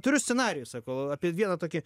turiu scenarijų sako apie vieną tokį